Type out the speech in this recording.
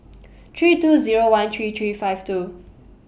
three two Zero one three three five two